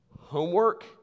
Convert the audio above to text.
Homework